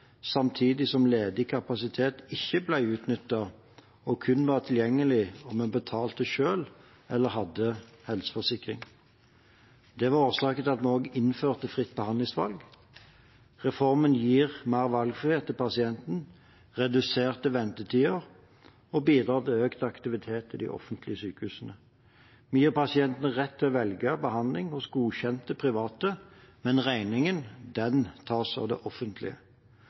samtidig som ledig kapasitet ikke ble utnyttet og kun var tilgjengelig om en betalte selv eller hadde helseforsikring. Det var årsaken til at vi innførte fritt behandlingsvalg. Reformen gir mer valgfrihet til pasienten og reduserte ventetider og bidrar til økt aktivitet i de offentlige sykehusene. Vi gir pasientene rett til å velge behandling hos godkjente private, mens regningen tas av det offentlige.